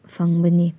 ꯐꯪꯕꯅꯤ